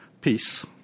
peace